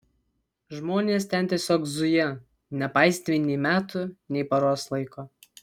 žmonės ten tiesiog zuja nepaisydami nei metų nei paros laiko